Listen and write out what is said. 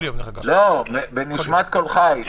לא, בנשמת כל חי.